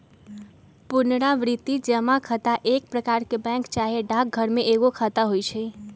पुरनावृति जमा खता एक प्रकार के बैंक चाहे डाकघर में एगो खता होइ छइ